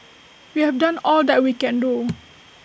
we have done all that we can do